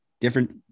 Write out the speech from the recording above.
different